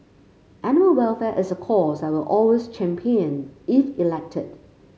animal welfare is a cause I will always champion if elected